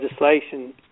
legislation